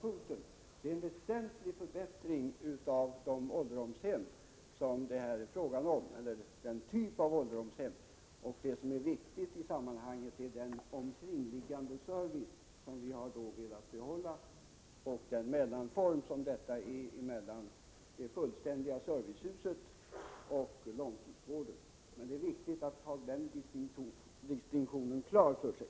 Det innebär nämligen en väsentlig förbättring av den typ av ålderdomshem som det här är fråga om. Det som är viktigt i sammanhanget är den omkringliggande service som vi har velat behålla och den mellanform som detta alternativ utgör mellan det fullständiga servicehuset och långtidsvården. Det är viktigt att ha den distinktionen klar för sig.